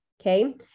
okay